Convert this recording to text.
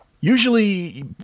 Usually